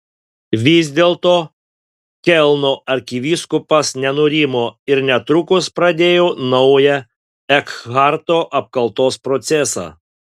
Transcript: vis dėlto kelno arkivyskupas nenurimo ir netrukus pradėjo naują ekharto apkaltos procesą